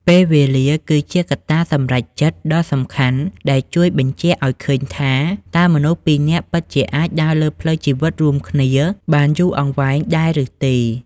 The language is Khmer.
ពេលវេលាគឺជាកត្តាសម្រេចចិត្តដ៏សំខាន់ ដែលជួយបញ្ជាក់ឱ្យឃើញថា តើមនុស្សពីរនាក់ពិតជាអាចដើរលើផ្លូវជីវិតរួមគ្នាបានយូរអង្វែងដែរឬទេ។